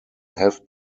have